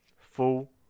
full